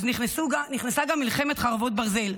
אז נכנסה גם מלחמת חרבות ברזל,